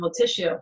tissue